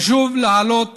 חשוב להעלות